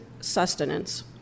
sustenance